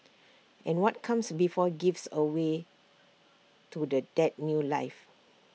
and what comes before gives A way to the that new life